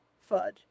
Fudge